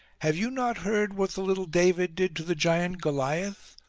have you not heard what the little david did to the giant goliath,